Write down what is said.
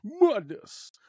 Madness